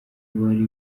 bari